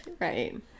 Right